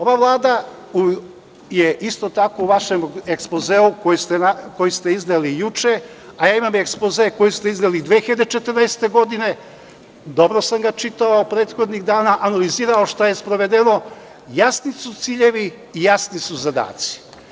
Ova Vlada je isto tako u vašem ekspozeu koji ste izneli juče, a ja imam ekspoze koji ste izneli 2014. godine, dobro sam ga čitao prethodnih dana, analizirao šta je sprovedeno, jasni su ciljevi i jasni su zadaci.